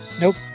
nope